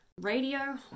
Radio